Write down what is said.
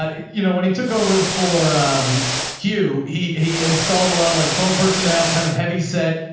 you know, when he took over for q, he he installed a lot of like twelve personnel, kind of heavy set,